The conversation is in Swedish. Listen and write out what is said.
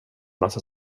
massa